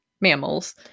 mammals